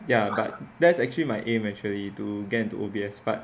ya but that's actually my aim actually to get into O_B_S but